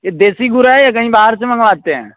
ये देसी गुड़ है या कहीं बाहर से मंगवाते हैं